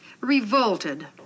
Revolted